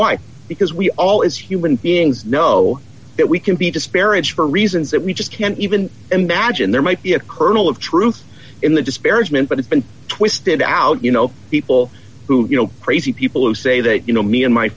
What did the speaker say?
why because we all as human beings know that we can be disparaged for reasons that we just can't even imagine there might be a kernel of truth in the disparagement but it's been twisted out you know people who you know crazy people who say that you know me and my